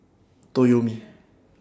Toyomi